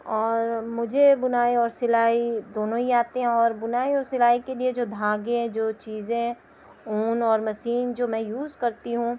اور مجھے بُنائی اور سلائی دونوں ہی آتی ہے اور بُنائی اور سلائی کے لیے جو دھاگے جو چیزیں اون اور مسین جو میں یوز کرتی ہوں